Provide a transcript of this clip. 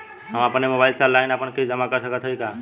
हम अपने मोबाइल से ऑनलाइन आपन किस्त जमा कर सकत हई का?